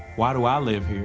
why do i live here?